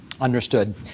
Understood